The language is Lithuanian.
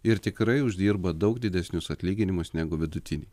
ir tikrai uždirba daug didesnius atlyginimus negu vidutiniai